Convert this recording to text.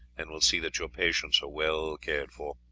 and will see that your patients are well cared for.